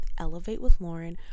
elevatewithlauren